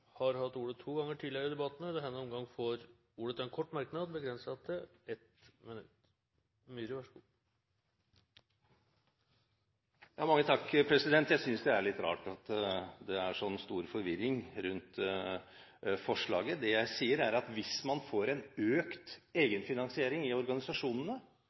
har hatt ordet to ganger tidligere og får ordet til en kort merknad, begrenset til ett minutt. Jeg synes det er litt rart at det er så stor forvirring rundt forslaget. Det jeg sier, er at hvis man får en økt egenfinansiering i organisasjonene,